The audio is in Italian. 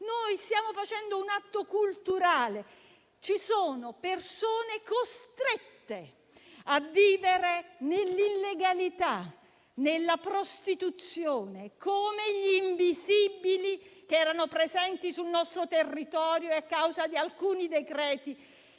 Stiamo compiendo un atto culturale, ci sono persone costrette a vivere nell'illegalità, nella prostituzione, come gli invisibili presenti sul nostro territorio a causa di alcuni decreti